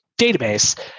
database